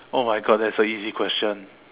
oh my God that's a easy question